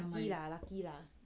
lucky lah lucky lah